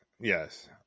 yes